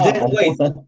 Wait